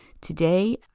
Today